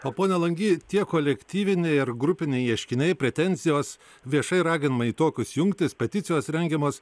o pone langy tie kolektyviniai ar grupiniai ieškiniai pretenzijos viešai raginimai į tokius jungtis peticijos rengiamos